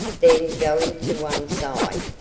then, going to one side,